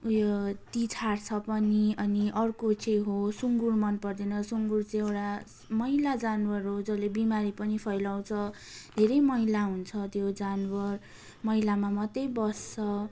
उयो तिछार्छ पनि अनि अर्को चाहिँ हो सुँगुर मनपर्दैन सुँगुर चाहिँ एउटा मैला जनावर हो जसले बिमारी पनि फैलाउँछ धेरै मैला हुन्छ त्यो जनावर मैलामा मात्रै बस्छ